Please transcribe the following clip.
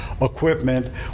equipment